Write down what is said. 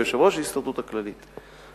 עם יושב-ראש ההסתדרות הכללית,